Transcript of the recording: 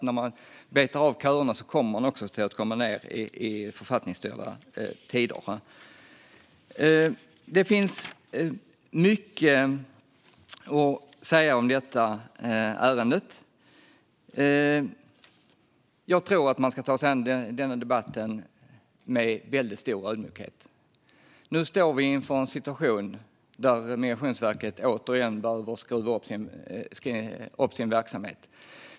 När man betar av köerna kommer man också att komma ned i författningsstyrda tider. Det finns mycket att säga om detta ärende. Jag tror att man ska ta sig an denna debatt med en väldigt stor ödmjukhet. Nu står vi inför en situation där Migrationsverket återigen behöver skruva upp sin verksamhet.